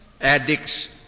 addicts